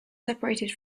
separated